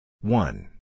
One